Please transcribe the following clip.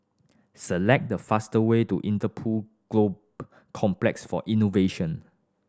select the fastest way to Interpol Complex for Innovation